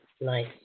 Nice